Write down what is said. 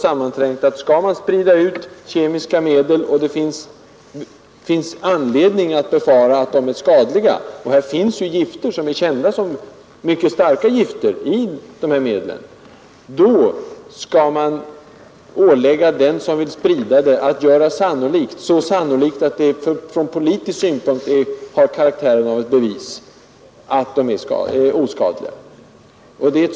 Skall man sprida ut kemiska preparat, och det finns anledning att befara att de är skadliga — och i de här medlen finns ju ämnen som är kända som mycket starka gifter — då skall man ålägga den som vill sprida dem att göra så sannolikt, att det från politisk synpunkt har karaktären av ett bevis, att de är oskadliga.